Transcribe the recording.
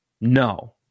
no